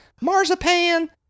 marzipan